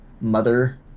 mother